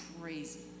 crazy